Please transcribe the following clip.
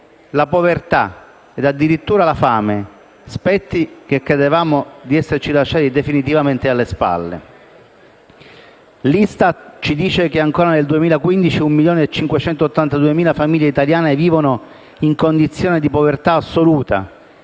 la povertà ed addirittura la fame, spettri che credevamo di esserci lasciati definitivamente alle spalle. L'ISTAT ci dice che nel 2015 ancora 1.582.000 famiglie italiane vivono in condizioni di povertà assoluta,